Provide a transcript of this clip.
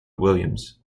williams